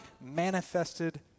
manifested